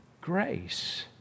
grace